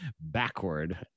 backward